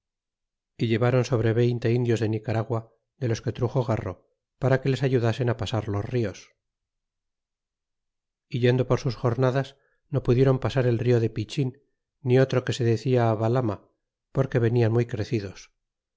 y llevaron sobre veinte indios de nicaragua de los que truxo garro para que les ayudasen a pasar los nos e yendo por sus jornadas no pudieron pasar el rio de pichin ni otro que se decia balama porque venian muy crecidos